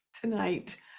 tonight